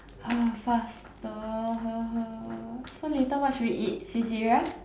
faster so later what should we eat Saizeriya